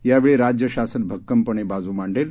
यावेळी राज्य शासन भक्कमपणे बाजू मांडेल